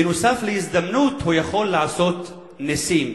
בנוסף להזדמנות, הוא יכול לעשות נסים.